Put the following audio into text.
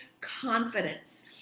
confidence